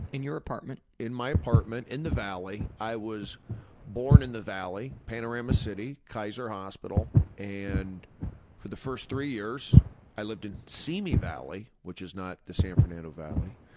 in your apartment. in my apartment. in the valley. i was born in the valley, panorama city, kaiser hospital, and for the first three years i lived in simi valley, which is not the san fernando valley,